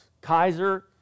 Kaiser